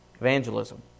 Evangelism